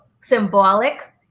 symbolic